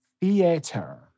theater